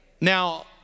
Now